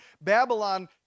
Babylon